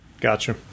Gotcha